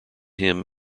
him